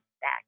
back